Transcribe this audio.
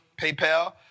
PayPal